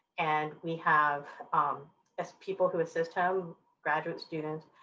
and we have as people who assist him graduate students.